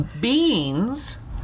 Beans